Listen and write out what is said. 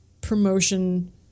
promotion